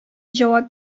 җавап